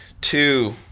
two